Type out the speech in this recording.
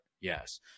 Yes